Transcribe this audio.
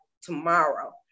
tomorrow